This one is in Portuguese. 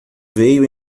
veio